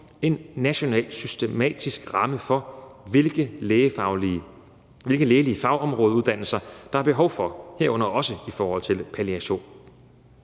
en national systematisk ramme for, hvilke lægelige fagområdeuddannelser der er behov for, herunder også i forhold til palliation.